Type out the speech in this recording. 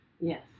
Yes